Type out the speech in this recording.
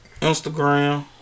Instagram